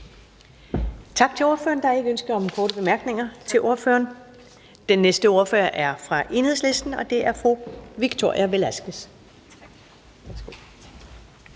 Tak til ordføreren. Der er ingen ønsker om korte bemærkninger til ordføreren. Den næste ordfører er fra Enhedslisten, og det er fru Victoria Velasquez.